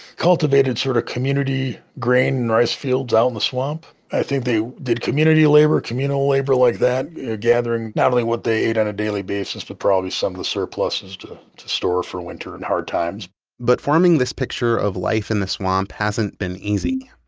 cultivated sort of community grain and rice fields out in the swamp. i think they did community labor, communal labor like that, gathering not only what they ate on a daily basis to probably some of the surpluses to to store for winter and hard times but farming this picture of life in the swamp hasn't been easy,